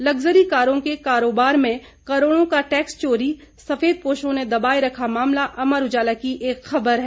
luxury कारों के कारोबार में करोड़ों का टैक्स चोरी सफेदपोशों ने दबाए रखा मामला अमर उजाला की एक खबर है